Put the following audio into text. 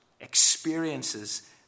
experiences